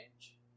change